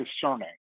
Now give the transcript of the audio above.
discerning